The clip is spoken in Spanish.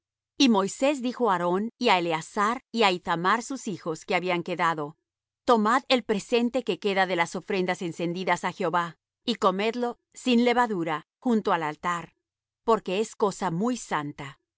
y moisés dijo á aarón y á eleazar y á ithamar sus hijos que habían quedado tomad el presente que queda de las ofrendas encendidas á jehová y comedlo sin levadura junto al altar porque es cosa muy santa